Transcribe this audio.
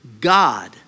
God